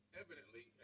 evidently